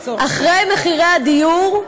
אני מבקש, אחרי מחירי הדיור,